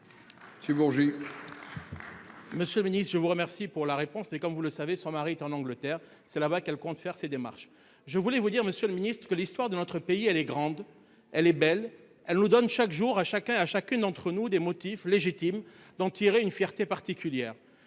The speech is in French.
Monsieur le Ministre, je vous remercie pour la réponse. Mais comme vous le savez, son mari est en Angleterre c'est là-bas qu'elle compte faire ces démarches. Je voulais vous dire Monsieur le Ministre, que l'histoire de notre pays. Elle est grande, elle est belle, elle nous donne chaque jour à chacun à chacune d'entre nous, des motifs légitimes d'en tirer une fierté particulière.